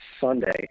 Sunday